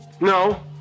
no